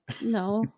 No